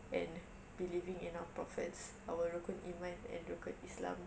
and believing in our prophets our rukun iman and rukun islam